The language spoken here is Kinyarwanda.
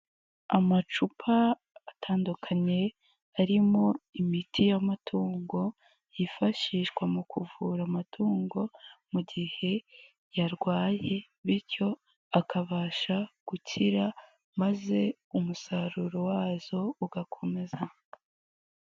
Amacupa atandukanye arimo imiti y'amatungo yifashishwa mu kuvura amatungo mu gihe yarwaye bityo akabasha gukira maze umusaruro wazo ugakomeza.